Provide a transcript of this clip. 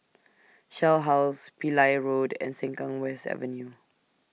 Shell House Pillai Road and Sengkang West Avenue